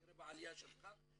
תראה בעליה שלך,